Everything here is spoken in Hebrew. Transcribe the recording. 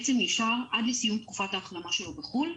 נשאר עד לסיום תקופת ההחלמה שלו בחו"ל.